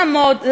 לעמוד,